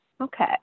Okay